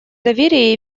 доверия